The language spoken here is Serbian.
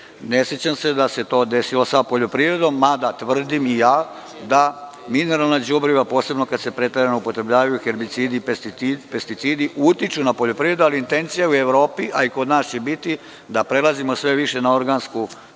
Ne sećam se da se to desilo sa poljoprivredom, mada tvrdim da mineralna đubriva, posebno kada se preterano upotrebljavaju herbicidi, pesticidi utiču na poljoprivredu, ali intencija u Evropi i kod nas će biti da prelazimo sve više na proizvodnju